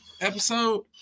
episode